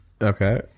Okay